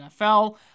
NFL